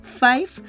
five